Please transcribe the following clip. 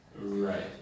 Right